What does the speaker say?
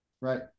right